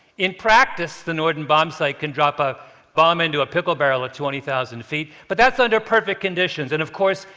in practice, the norden bombsight can drop a bomb into a pickle barrel at twenty thousand ft, but that's under perfect conditions. and of course,